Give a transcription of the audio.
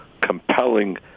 compelling